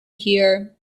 here